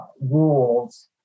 rules